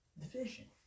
division